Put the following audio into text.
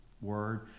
word